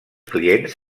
clients